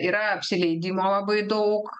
yra apsileidimo labai daug